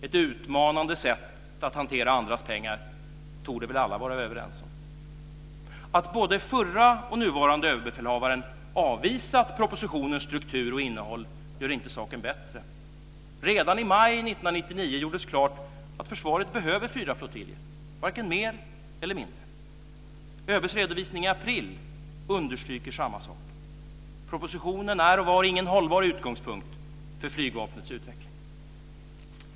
Att det är ett utmanande sätt att hantera andras pengar torde väl alla vara överens om. Att både förra och nuvarande överbefälhavaren avvisat propositionens struktur och innehåll gör inte saken bättre. Redan i maj 1999 gjordes klart att försvaret behöver fyra flottiljer - varken mer eller mindre. ÖB:s redovisning i april understryker samma sak. Propositionen är och var ingen hållbar utgångspunkt för Flygvapnets utveckling.